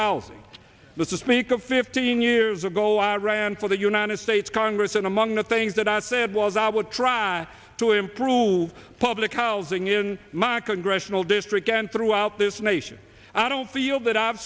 is speak of fifteen years ago i ran for the united states congress and among the things that i said was i would try to improve public housing in my congressional district and throughout this nation and i don't feel that i've